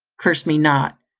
curse me not,